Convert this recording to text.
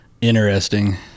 Interesting